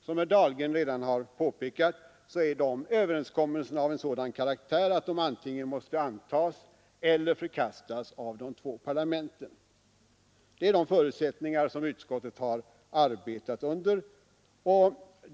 Som herr Dahlgren påpekat är de överenskommelserna av sådan karaktär att de måste antingen antas eller förkastas av de två parlamenten. Det är de förutsättningar efter vilka utskottet arbetat.